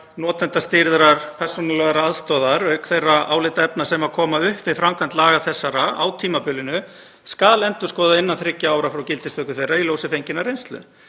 notendastýrðrar persónulegrar aðstoðar, auk þeirra álitaefna sem koma upp við framkvæmd laga þessara á tímabilinu, skuli endurskoða innan þriggja ára frá gildistöku þeirra í ljósi fenginnar reynslu.